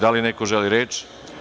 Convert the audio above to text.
Da li neko želi reč?